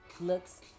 looks